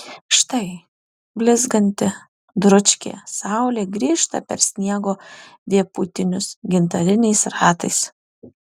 štai blizganti dručkė saulė grįžta per sniego vėpūtinius gintariniais ratais